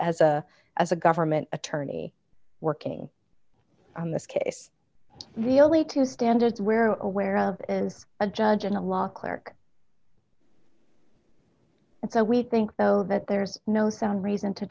as a as a government attorney working on this case the only two standards where or where of is a judge in a law clerk and so we think though that there's no sound reason to